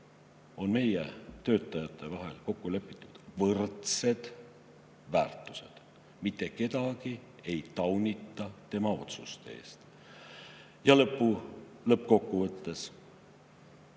on meie töötajate vahel kokku lepitult võrdsed väärtused, mitte kedagi ei taunita tema otsuse eest. Lõppkokkuvõttes